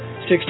six